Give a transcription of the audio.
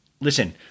Listen